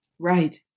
Right